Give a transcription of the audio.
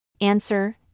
Answer